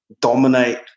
Dominate